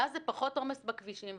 ואז זה פחות עומס בכבישים.